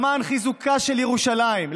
למען חיזוקה של ירושלים,